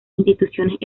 instituciones